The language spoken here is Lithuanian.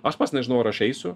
aš pats nežinau ar aš eisiu